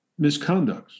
misconducts